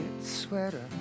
sweater